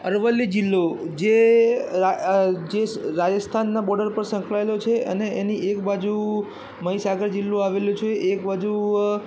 અરવલ્લી જિલ્લો જે જે રાજસ્થાનના બોર્ડર પર સંકળાયેલો છે અને એની એક બાજુ મહિસાગર જિલ્લો આવેલો છે એક બાજુ